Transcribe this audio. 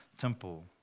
temple